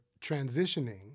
transitioning